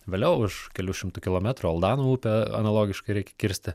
vėliau už kelių šimtų kilometrų aldano upę analogiškai reikia kirsti